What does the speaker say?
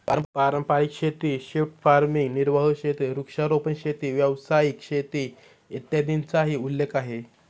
पारंपारिक शेती, shift farming, निर्वाह शेती, वृक्षारोपण शेती, व्यावसायिक शेती, इत्यादींचाही उल्लेख आहे